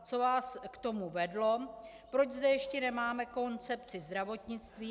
Co vás k tomu vedlo, proč zde ještě nemáme koncepci zdravotnictví?